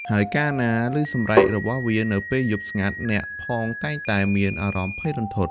ហើយកាលណាឮសម្រែករបស់វានៅពេលយប់ស្ងាត់ អ្នកផងតែងតែមានអារម្មណ៍ភ័យរន្ធត់។